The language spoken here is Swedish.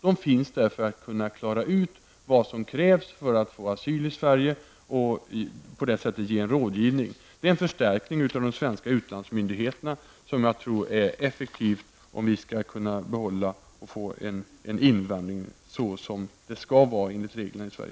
De finns där för att bl.a. klara ut vad som krävs för att få asyl i Sverige och fungera som rådgivare. Det är en förstärkning av de svenska utlandsmyndigheterna som jag tror är effektiv om vi skall kunna behålla och få en invandring sådan den skall vara enligt reglerna i